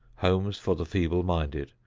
homes for the feeble-minded,